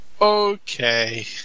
Okay